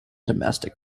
domestic